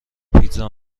پیتزا